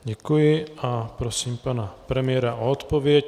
Děkuji a prosím pan premiéra o odpověď.